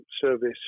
service